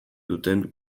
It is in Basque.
duten